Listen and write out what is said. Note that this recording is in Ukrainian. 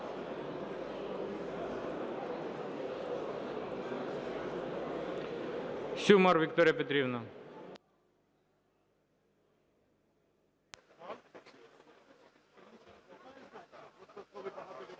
Сюмар Вікторія Петрівна.